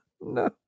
No